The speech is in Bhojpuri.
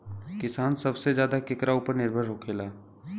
किसान सबसे ज्यादा केकरा ऊपर निर्भर होखेला?